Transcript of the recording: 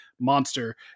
Monster